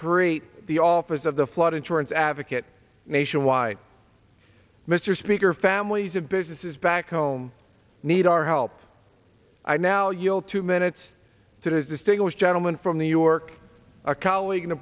create the office of the flood insurance advocate nationwide mr speaker families and businesses back home need our help i now you'll two minutes to the distinguished gentleman from new york a colleague and a